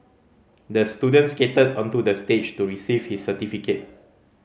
the student skated onto the stage to receive his certificate